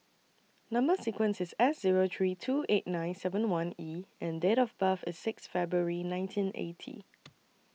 Number sequence IS S Zero three two eight nine seven one E and Date of birth IS six February nineteen eighty